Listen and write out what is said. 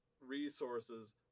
resources